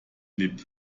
lebt